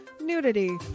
nudity